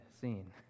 scene